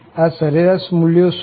આ સરેરાશ મુલ્યો શું છે